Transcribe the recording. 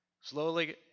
Slowly